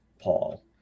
Paul